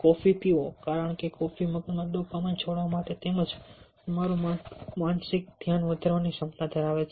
coffee પીવો કારણ કે કોફી મગજમાં ડોપામાઈન છોડવા માટે તેમજ તમારું માનસિક ધ્યાન વધારવાની ક્ષમતા ધરાવે છે